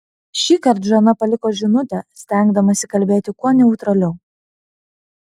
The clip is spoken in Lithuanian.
šįkart žana paliko žinutę stengdamasi kalbėti kuo neutraliau